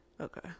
okay